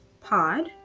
pod